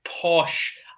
posh